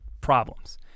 problems